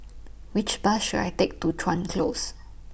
Which Bus should I Take to Chuan Close